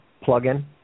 plug-in